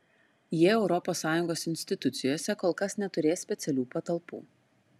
jie europos sąjungos institucijose kol kas neturės specialių patalpų